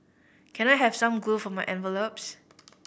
can I have some glue for my envelopes